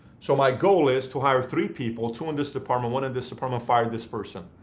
so my goal is to hire three people, two in this department, one in this department, fire this person.